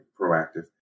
proactive